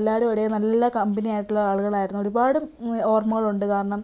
എല്ലാവരും ഒരേ നല്ല കമ്പനി ആയിട്ടുള്ള ആളുകളായിരുന്നു ഒരുപാട് ഓർമ്മകളുണ്ട് കാരണം